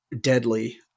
deadly